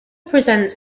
presents